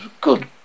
good